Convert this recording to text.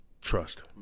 trust